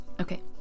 okay